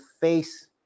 face